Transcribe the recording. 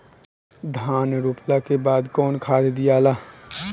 धान रोपला के बाद कौन खाद दियाला?